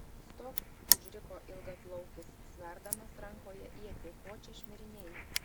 stok užriko ilgaplaukis sverdamas rankoje ietį ko čia šmirinėji